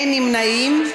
אין נמנעים.